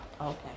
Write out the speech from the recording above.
okay